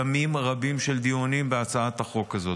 ימים רבים של דיונים בהצעת החוק הזאת.